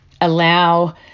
allow